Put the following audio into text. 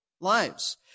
lives